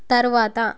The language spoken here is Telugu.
తరవాత